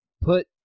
put